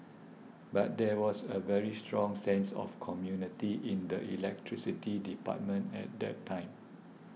but there was a very strong sense of community in the electricity department at that time